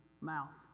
mouth